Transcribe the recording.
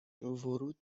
ورود